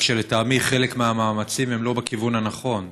רק שלטעמי חלק מהמאמצים הם לא בכיוון הנכון.